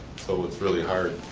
so it's really hard.